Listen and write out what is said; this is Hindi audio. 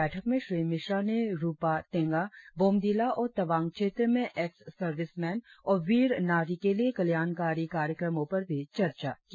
बैठक में श्री मिश्रा ने रुपा तेंगा बोम्डिला और तवांग क्षेत्र में एक्स सर्विसमेन और वीर नारी के लिए कल्याणकारी कार्यक्रमो पर भी चर्चा की